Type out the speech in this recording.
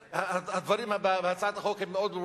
הדברים בהצעת החוק ברורים מאוד,